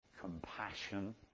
compassion